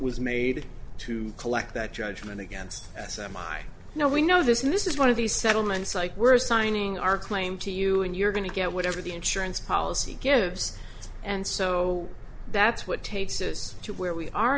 was made to collect that judgment against my now we know this miss is one of these settlements like we're signing our claim to you and you're going to get whatever the insurance policy gives and so that's what takes us to where we are